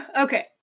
Okay